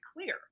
clear